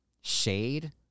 shade